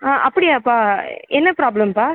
ஆ அப்படியாப்பா என்ன ப்ராப்ளம்ப்பா